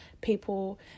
people